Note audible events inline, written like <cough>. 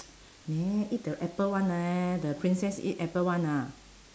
<noise> neh eat the apple one neh the princess eat apple one lah